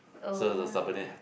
oh !wah!